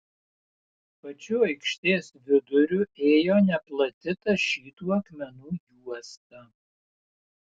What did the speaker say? pačiu aikštės viduriu ėjo neplati tašytų akmenų juosta